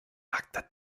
nackte